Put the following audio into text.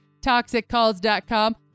ToxicCalls.com